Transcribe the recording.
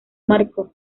marcó